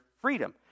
freedom